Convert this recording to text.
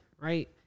right